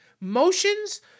Motions